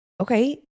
Okay